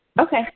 Okay